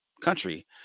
country